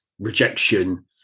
rejection